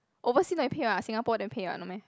oversea no need pay [what] Singapore then pay [what] no meh